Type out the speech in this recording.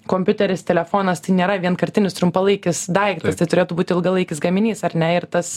kompiuteris telefonas tai nėra vienkartinis trumpalaikis daiktas tai turėtų būti ilgalaikis gaminys ar ne ir tas